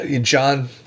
john